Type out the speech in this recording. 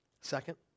Second